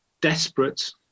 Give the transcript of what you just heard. desperate